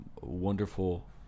wonderful